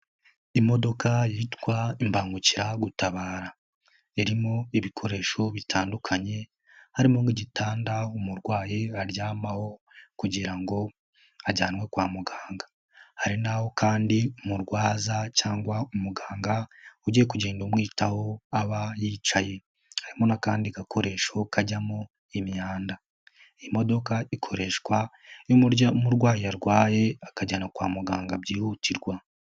Imodoka yitwa imbangukiragutabara, irimo ibikoresho bitandukanye harimo n'igitanda umurwayi aryamaho kugira ngo ajyanwe kwa muganga, hari n'aho kandi umurwaza cyangwa umuganga ugiye kugenda umwitaho aba yicaye, harimo n'akandi gakoresho kajyamo imyanda, iyi modoka ikoreshwa iyo umurwayi yarwaye akajyanwa kwa muganga byihutirwa.